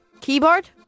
Keyboard